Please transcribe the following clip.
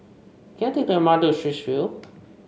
can I take the M R T to Straits View